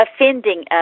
offending